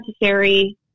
necessary